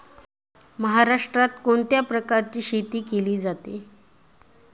महाराष्ट्रात कोण कोणत्या प्रकारची शेती केली जाते?